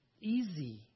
easy